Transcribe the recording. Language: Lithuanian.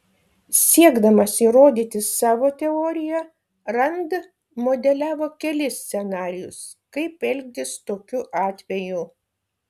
siekdamas įrodyti savo teoriją rand modeliavo kelis scenarijus kaip elgtis tokiu atveju